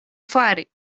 fari